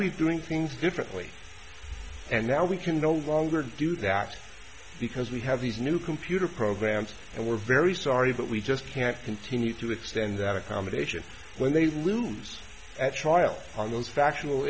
we doing things differently and now we can no longer do that because we have these new computer programs and we're very sorry but we just can't continue to extend that accommodation when they lose at trial on those factual